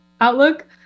outlook